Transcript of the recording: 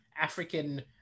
African